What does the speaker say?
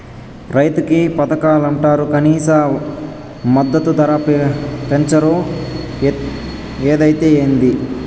రైతులకి పథకాలంటరు కనీస మద్దతు ధర పెంచరు ఏదైతే ఏంది